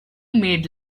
made